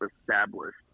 established